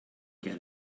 get